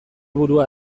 burua